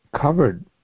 covered